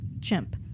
Chimp